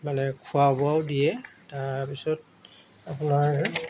মানে খোৱা বোৱাও দিয়ে তাৰপিছত আপোনাৰ